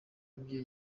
ibyo